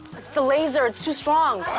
it's the laser. it's too strong.